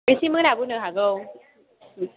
एसे मोनाबोनो हागौ